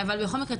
לכולם.